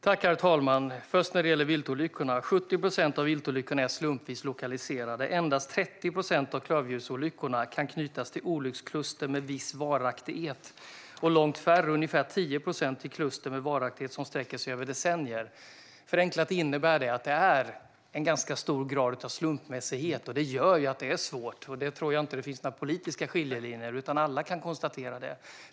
Herr talman! När det gäller viltolyckorna är 70 procent slumpvis lokaliserade. Endast 30 procent av klövdjursolyckorna kan knytas till olyckskluster med viss varaktighet och långt färre, ungefär 10 procent, till kluster med varaktighet som sträcker sig över decennier. Förenklat innebär detta att det är en ganska stor grad av slumpmässighet, vilket gör det svårt. Där tror jag inte att det finns några politiska skiljelinjer, utan alla kan konstatera det.